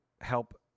help